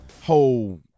whole